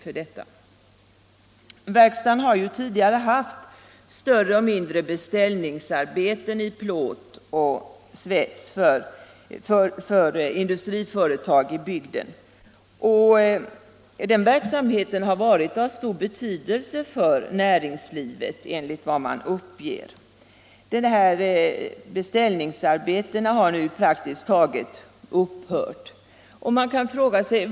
Verkstaden har tidigare haft större och mindre beställningsarbeten i plåt och svets för industriföretagen i bygden. Enligt vad man uppger från näringslivet har den verksamheten varit av stor betydelse för industrin i bygden. De här beställningsarbetena har nu praktiskt taget upphört.